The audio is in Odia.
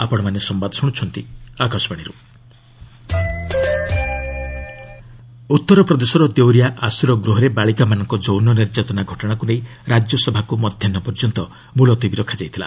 ଆର୍ଏସ୍ ଆଡ୍ଜର୍ଣ୍ଣ ଉତ୍ତରପ୍ରଦେଶର ଦେଓରିଆ ଆଶ୍ରୟ ଗୃହରେ ବାଳିକାମାନଙ୍କ ଯୌନ ନିର୍ଯାତନା ଘଟଣାକୁ ନେଇ ରାଜ୍ୟସଭାକୁ ମଧ୍ୟାହ୍ନ ପର୍ଯ୍ୟନ୍ତ ମୁଲତବୀ ରଖାଯାଇଥିଲା